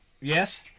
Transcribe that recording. Yes